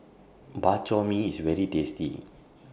Bak Chor Mee IS very tasty